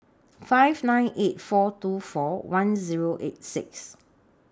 five nine eight four two four one Zero eight six